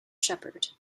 shepard